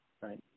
Right